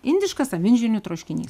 indiškas avinžirnių troškinys